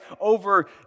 over